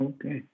Okay